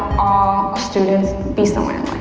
ah students be somewhere